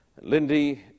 Lindy